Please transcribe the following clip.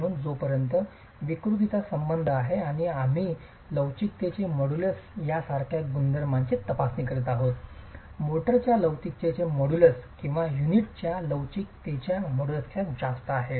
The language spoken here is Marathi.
म्हणून जोपर्यंत विकृतीचा संबंध आहे आणि आम्ही लवचिकतेचे मॉड्यूलस यासारख्या गुणधर्मांची तपासणी करीत आहोत मोर्टारच्या लवचिकतेचे मॉड्यूलस युनिटच्या लवचिकतेच्या मॉड्यूलसपेक्षा जास्त आहे